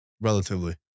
relatively